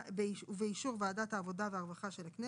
ובאישור וועדת העבודה והרווחה של הכנסת,